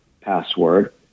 password